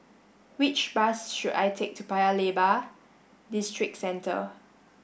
which bus should I take to Paya Lebar Districentre